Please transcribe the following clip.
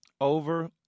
Over